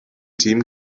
team